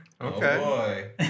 Okay